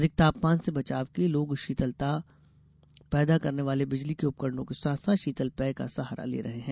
अधिक तापमान से बचाव के लिए लोग शीतलता पैदा करने वाले बिजली के उपकरणों के साथ साथ शीतल पेय का सहारा ले रहे हैं